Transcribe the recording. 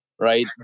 right